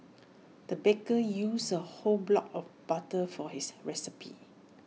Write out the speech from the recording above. the baker used A whole block of butter for his recipe